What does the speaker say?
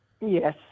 Yes